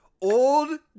old